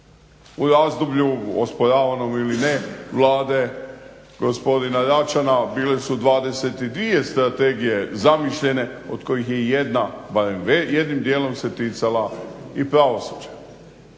u razdoblju osporavanom ili ne Vlade gospodina Račana. Bile su 22 strategije zamišljene od kojih je jedna barem jednim dijelom se ticala i pravosuđa.